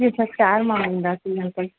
जी असां चार माण्हू हूंदासीं